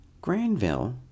Granville